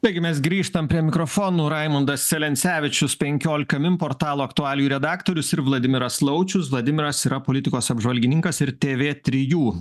taigi mes grįžtam prie mikrofonų raimundas celencevičius penkiolika min portalo aktualijų redaktorius ir vladimiras laučius vladimiras yra politikos apžvalgininkas ir tv trijų